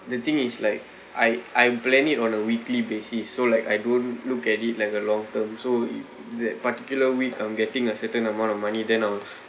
the thing is like I I'll plan it on a weekly basis so like I don't look at it like a long term so that particular week I'm getting a certain amount of money then I'll